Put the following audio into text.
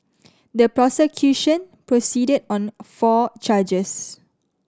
the prosecution proceeded on four charges